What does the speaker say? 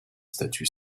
statuts